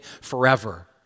forever